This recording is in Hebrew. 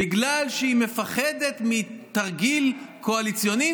בגלל שהיא מפחדת מתרגיל קואליציוני,